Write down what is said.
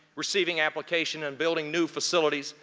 receiving application and building new facilities,